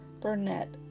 Burnett